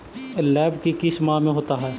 लव की किस माह में होता है?